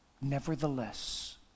nevertheless